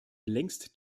längst